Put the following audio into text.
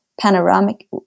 panoramic